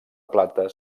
plata